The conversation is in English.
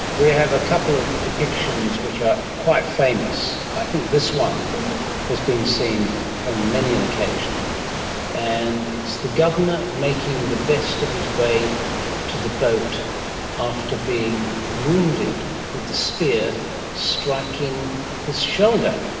we have a couple of depictions which are quite famous. i think this one has been seen on many an occasion and it's the governor making the best of his way to the boat after being wounded with the spear striking his shoulder.